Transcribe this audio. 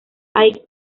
hay